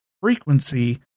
frequency